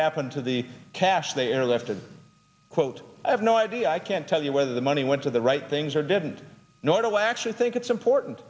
happened to the cash they are left to quote i have no idea i can't tell you whether the money went to the right things or didn't nor do i actually think it's important